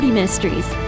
Ministries